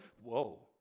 Whoa